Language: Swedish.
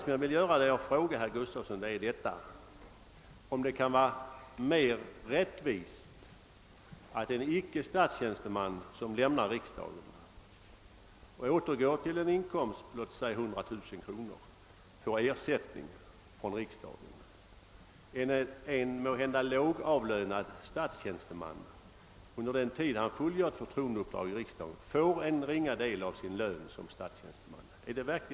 Sedan vill jag dra en parallell — det var därför jag begärde ordet — och jag frågar herr Gustavsson: Om en icke statstjänsteman lämnar riksdagen och återgår till sin förra anställning med en inkomst på låt oss säga 100 000 kronor, är det då en högre grad av rättvisa att han får ersättning från riksdagen än om en kanske lågavlönad statstjänsteman under den tid han fullgör förtroendeuppdraget här i riksdagen får en ringa del av sin lön som statstjänsteman?